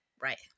right